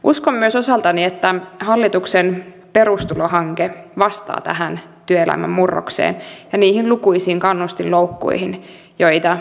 uskon myös osaltani että hallituksen perustulohanke vastaa tähän työelämän murrokseen ja niihin lukuisiin kannustinloukkuihin joita näemme